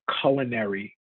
culinary